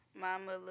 Mama